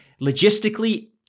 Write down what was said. logistically